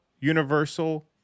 universal